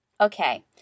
Okay